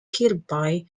kirkby